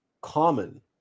common